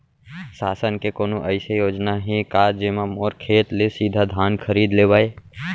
शासन के कोनो अइसे योजना हे का, जेमा मोर खेत ले सीधा धान खरीद लेवय?